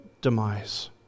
demise